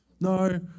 No